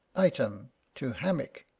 item to hammick,